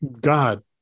God